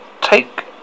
take